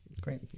Great